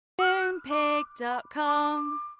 Moonpig.com